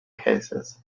cases